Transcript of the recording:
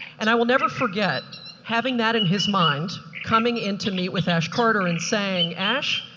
and i will never forget having that in his mind, coming in to meet with ash carter and saying, ash,